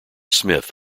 smith